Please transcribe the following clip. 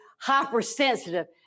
hypersensitive